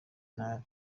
nabi